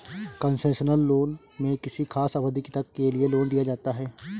concessional loan में किसी खास अवधि तक के लिए लोन दिया जाता है